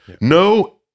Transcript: No